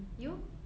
you